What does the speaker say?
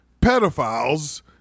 pedophiles